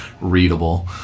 readable